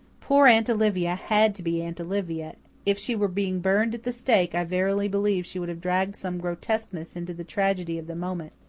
poor aunt olivia had to be aunt olivia if she were being burned at the stake i verily believe she would have dragged some grotesqueness into the tragedy of the moment.